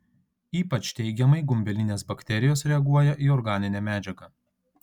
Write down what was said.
ypač teigiamai gumbelinės bakterijos reaguoja į organinę medžiagą